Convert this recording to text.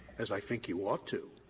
as i think you ought to,